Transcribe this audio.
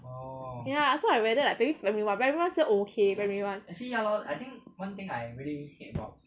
ya so I rather like maybe primary one primary one still okay primary one